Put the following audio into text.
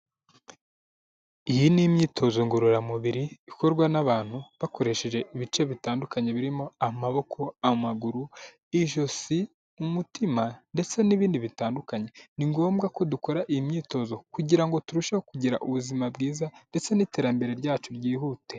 Iyi ni imyitozo ngorora mubiri ikorwa n'abantu bakoresheje ibice bitandukanye, birimo amaboko, amaguru, ijosi, umutima ndetse n'ibindi bitandukanye, ni ngombwa ko dukora iyi myitozo kugira ngo turusheho kugira ubuzima bwiza ndetse n'iterambere ryacu ryihute.